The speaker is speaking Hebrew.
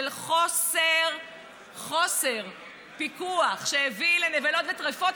של חוסר פיקוח שהביא לנבלות וטרפות,